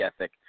ethic